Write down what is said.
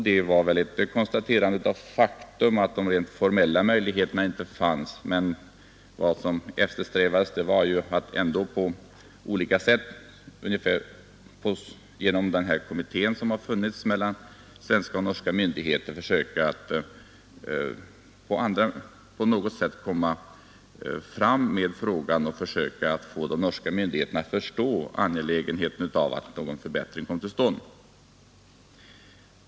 Detta var väl ett konstaterande av faktum, men vad som eftersträvades var att på olika sätt genom den kommitté som funnits mellan svenska och norska myndigheter försöka på något sätt föra frågan framåt och få de norska myndigheterna att förstå angelägenheten av att en förbättring kom till stånd.